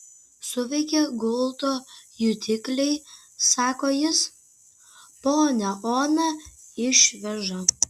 suveikė gulto jutikliai sako jis ponią oną išveža